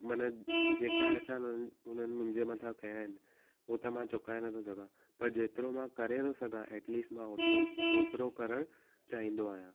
माना जेका एहसान हुननि हुननि मुंहिंजे मथां कया आहिनि हो त मां चुकाए न थो सघां पर जेतिरो मां करे थो सघां एटलीस्ट मां ओटलो ओतिरो करणु चाहींदो आहियां